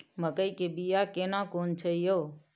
मकई के बिया केना कोन छै यो?